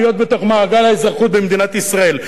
להיות בתוך מעגל האזרחות במדינת ישראל.